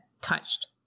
touched